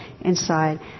inside